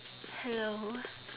hello